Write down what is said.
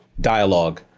dialogue